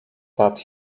that